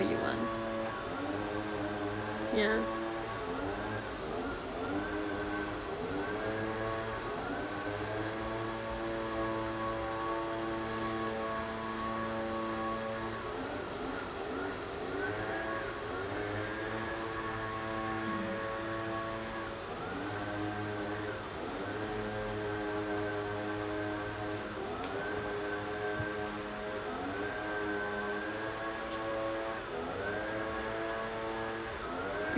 you want yeah